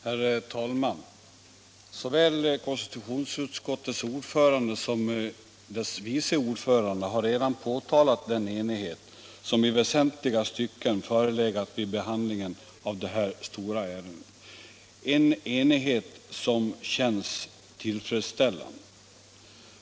Herr talman! Såväl konstitutionsutskottets ordförande som dess vice ordförande har redan påtalat den enighet, som i väsentliga stycken förelegat vid behandlingen av detta stora ärende, en enighet som känns tillfredsställande.